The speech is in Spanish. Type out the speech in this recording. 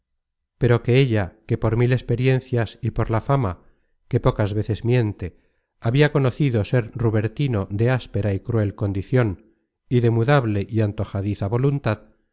pero que ella que por mil experiencias y por la fama que pocas veces miente habia conocido ser rubertino de áspera y cruel condicion y de mudable y antojadiza voluntad